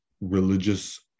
religious